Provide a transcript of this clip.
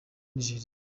nigeria